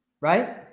right